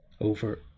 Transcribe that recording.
over